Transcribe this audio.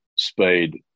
Speed